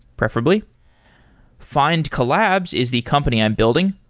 preferably findcollabs is the company i'm building.